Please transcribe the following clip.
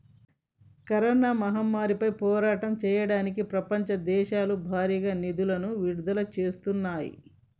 corona మహమ్మారిపై పోరాటం చెయ్యడానికి ప్రపంచ దేశాలు భారీగా నిధులను విడుదల చేత్తన్నాయి